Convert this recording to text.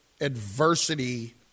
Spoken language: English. adversity